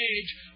age